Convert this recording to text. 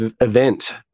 event